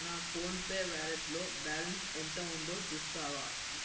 నా ఫోన్పే వ్యాలెట్లో బ్యాలన్స్ ఎంత ఉందో చూస్తావా